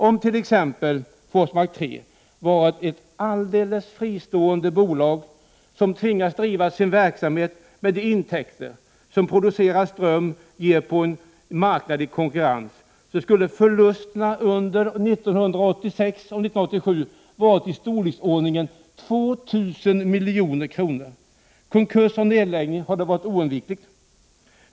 Om t.ex. Forsmark 3 hade varit ett alldeles fristående bolag som tvingats driva sin verksamhet med intäkter från strömproduktion på en marknad i konkurrens, skulle förlusterna åren 1986 och 1987 ha varit i storleksordningen 2 000 milj.kr. Konkurs och nedläggning hade varit oundvikliga.